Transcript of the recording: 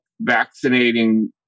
vaccinating